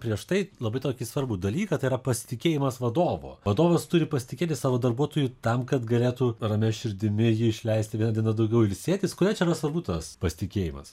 prieš tai labai tokį svarbų dalyką tai yra pasitikėjimas vadovo vadovas turi pasitikėti savo darbuotoju tam kad galėtų ramia širdimi jį išleisti viena diena daugiau ilsėtis kodėl čia yra svarbu tas pasitikėjimas